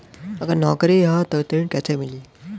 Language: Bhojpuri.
अगर नौकरी ह त ऋण कैसे मिली?